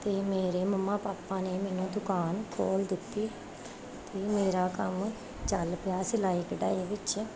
ਅਤੇ ਮੇਰੇ ਮਮਾ ਪਾਪਾ ਨੇ ਮੈਨੂੰ ਦੁਕਾਨ ਖੋਲ੍ਹ ਦਿੱਤੀ ਅਤੇ ਮੇਰਾ ਕੰਮ ਚੱਲ ਪਿਆ ਸਿਲਾਈ ਕਢਾਈ ਵਿੱਚ